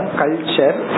culture